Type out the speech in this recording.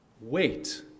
Wait